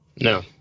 No